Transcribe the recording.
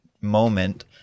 moment